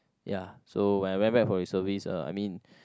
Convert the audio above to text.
ya so when I went back for reservist uh I mean